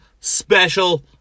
special